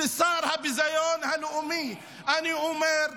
לשר הביזיון הלאומי אני אומר,